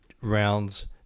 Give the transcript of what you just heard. rounds